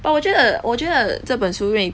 but 我觉得我觉得这本书会